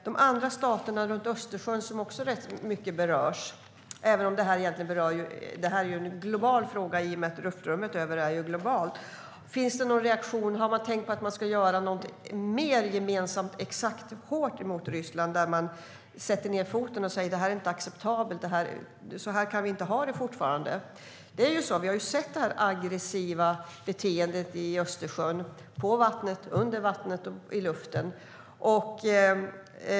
De andra staterna runt Östersjön berörs också rätt mycket, även om detta egentligen är en global fråga i och med att luftrummet är globalt. Finns det någon reaktion? Har man tänkt på att man ska göra någonting mer gemensamt och exakt hårt mot Ryssland? Jag tänker på att man kan sätta ned foten och säga: Det här är inte acceptabelt. Så här kan vi inte ha det längre. Vi har sett detta aggressiva beteende i Östersjön, på vattnet, under vattnet och i luften.